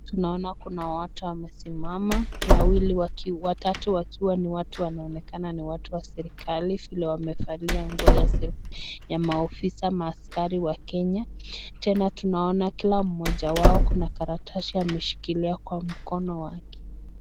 Tunaona kuna watu wamesimama watatu wakiwa ni watu wanaonekana ni watu wa serikali vile wamevalia nguo ya maafisa maaskari wa Kenya tena tunaona kila mmoja wao kuna karatasi ameshikilia kwa mkono wake